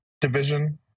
division